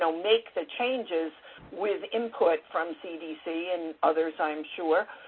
so make the changes with input from cdc and others i'm sure-but